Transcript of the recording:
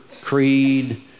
creed